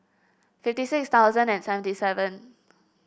fifty six thousand and seventy seven